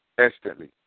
instantly